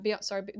sorry